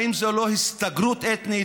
האם זו לא הסתגרות אתנית?